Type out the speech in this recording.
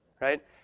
right